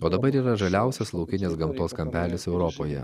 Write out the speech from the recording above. o dabar yra žaliausias laukinės gamtos kampelis europoje